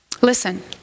Listen